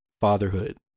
fatherhood